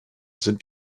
sind